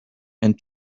and